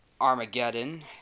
Armageddon